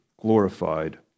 glorified